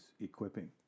equipping